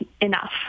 enough